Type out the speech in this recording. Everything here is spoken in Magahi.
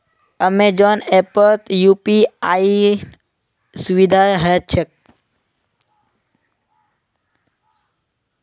अमेजॉन ऐपत यूपीआईर सुविधा ह छेक